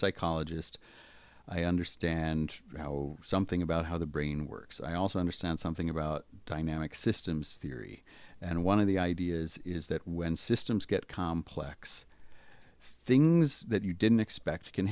psychologist i understand and you know something about how the brain works i also understand something about dynamic systems theory and one of the ideas is that when systems get complex things that you didn't expect